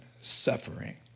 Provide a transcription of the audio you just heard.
suffering